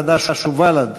חד"ש ובל"ד: